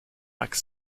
like